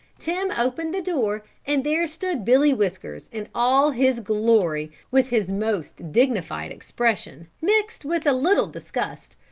tim opened the door and there stood billy whiskers in all his glory with his most dignified expression mixed with a little disgust,